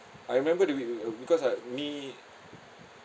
I remember that we uh uh because like me